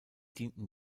dienten